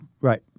Right